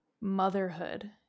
motherhood